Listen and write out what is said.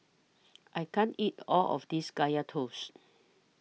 I can't eat All of This Kaya Toast